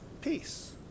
peace